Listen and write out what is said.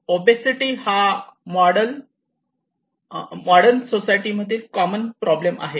obesity हा modern society मधील common problem आहे